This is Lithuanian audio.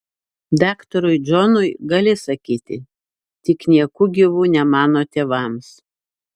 daktarui džonui gali sakyti tik nieku gyvu ne mano tėvams